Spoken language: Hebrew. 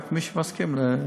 רק מי שמסכים למצלמות,